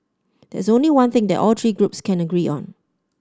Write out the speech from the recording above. there is only one thing that all three groups can agree on